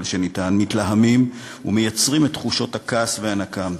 האפשר מתלהמים ומייצרים את תחושות הכעס והנקם,